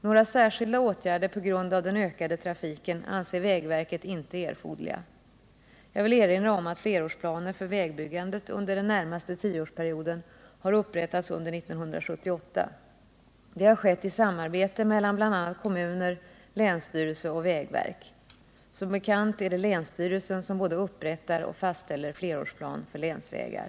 Några särskilda åtgärder på grund av den ökade trafiken anser vägverket inte erforderliga. Jag vill erinra om att flerårsplaner för vägbyggandet under den närmaste tioårsperioden har upprättats under 1978. Det har skett i samarbete mellan bl.a. kommuner, länsstyrelse och vägverk. Som bekant är det länsstyrelsen som både upprättar och fastställer flerårsplan för länsvägar.